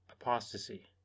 Apostasy